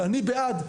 ואני בעד.